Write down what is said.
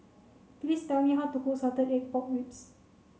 please tell me how to cook salted egg pork ribs